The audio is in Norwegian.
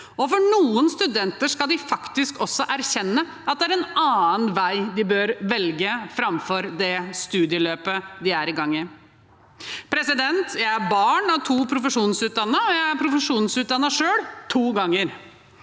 Noen studenter skal faktisk også erkjenne at det er en annen vei de bør velge, framfor det studieløpet de er i gang i. Jeg er barn av to profesjonsutdannede, og jeg er profesjonsutdannet selv, to ganger.